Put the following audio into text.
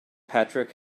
patrick